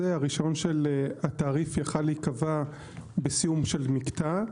הרישיון של התעריף יכל להיקבע בסיום של מקטע,